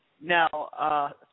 now